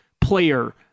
player